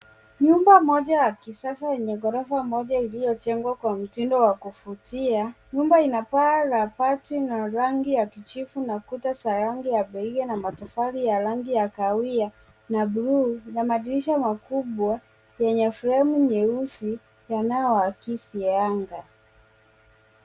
Nyumba moja ya kisasa yenye ghorofa moja iliyojengwa kwa mtindo wa kuvutia. Nyumba ina paa la bati na rangi ya kijivu na kuta za rangi ya beige na matofali ya rangi ya kahawia na buluu na madirisha makubwa yenye fremu nyeusi yanayoakisi anga.